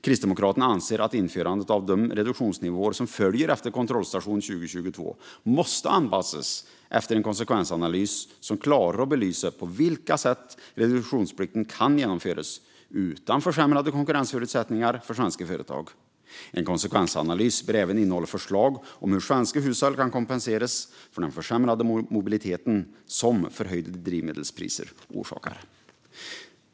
Kristdemokraterna anser att införandet av de reduktionsnivåer som följer efter kontrollstation 2022 måste anpassas till en konsekvensanalys som klarar att belysa på vilka sätt reduktionsplikten kan genomföras utan försämrade konkurrensförutsättningar för svenska företag. En konsekvensanalys bör även innehålla förslag om hur svenska hushåll kan kompenseras för den försämrade mobilitet som höjda drivmedelspriser orsakar.